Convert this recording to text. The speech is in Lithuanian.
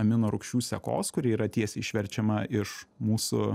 aminorūgščių sekos kuri yra tiesiai išverčiama iš mūsų